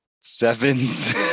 sevens